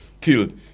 killed